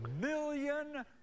million